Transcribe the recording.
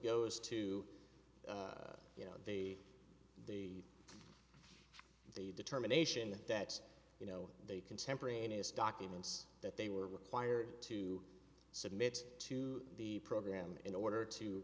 goes to you know the the the determination that you know they contemporaneous documents that they were required to submit to the program in order to